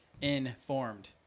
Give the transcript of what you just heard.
Informed